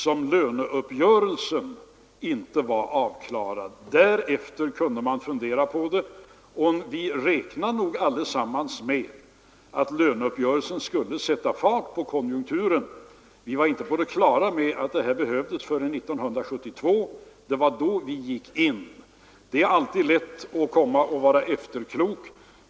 När löneuppgörelsen var färdig kunde man fundera på det. Och vi räknade nog alla med att löneuppgörelsen skulle sätta fart på konjunkturen. Vi var inte på det klara med att några sådana åtgärder behövdes förrän 1972. Det var då vi gick in. Det är alltid lätt att vara efterklok.